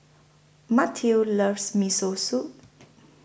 Mateo loves Miso Soup